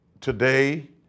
today